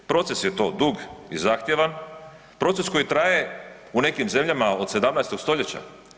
Proces je to dug i zahtjevan, proces koji traje u nekim zemljama od 17. stoljeća.